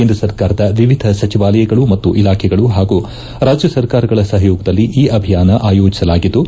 ಕೇಂದ್ರ ಸರ್ಕಾರದ ವಿವಿಧ ಸಚಿವಾಲಯಗಳು ಮತ್ತು ಇಲಾಖೆಗಳು ಹಾಗೂ ರಾಜ್ಯ ಸರ್ಕಾರಗಳ ಸಹಯೋಗದಲ್ಲಿ ಈ ಅಭಿಯಾನ ಆಯೋಜಿಸಲಾಗಿದ್ದು